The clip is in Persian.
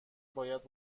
باید